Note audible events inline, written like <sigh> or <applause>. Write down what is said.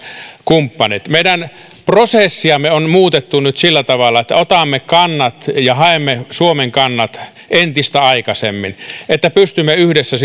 kumppanit meidän prosessiamme on muutettu nyt sillä tavalla että otamme kannat ja haemme suomen kannat entistä aikaisemmin niin että pystymme yhdessä <unintelligible>